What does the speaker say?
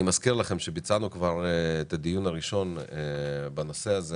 אני מזכיר לכם שב-2 בדצמבר 2021 כבר קיימנו את הדיון הראשון בנושא הזה